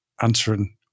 answering